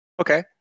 Okay